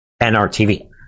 NRTV